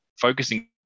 focusing